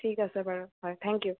ঠিক আছে বাৰু হয় থ্যেংক ইউ